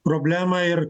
problemą ir